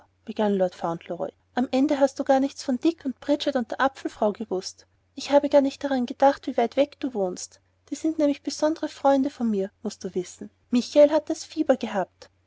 am ende hast du gar nichts von dick und bridget und der apfelfrau gewußt ich habe gar nicht daran gedacht wie weit weg du wohnst die sind nämlich besondre freunde von mir und mußt du wissen michael hat das fieber gehabt